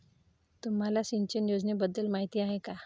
तुम्हाला सिंचन योजनेबद्दल माहिती आहे का?